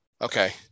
Okay